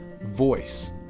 voice